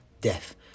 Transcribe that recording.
death